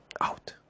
Out